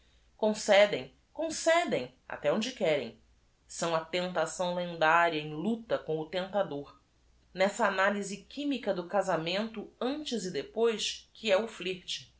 concedem con cedem até onde querem são a eu tação lendária em luta com o tentador nessa analyse c h i m i c a do casamento antes e depois que é o